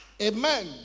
Amen